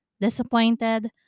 disappointed